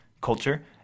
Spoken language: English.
culture